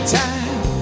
time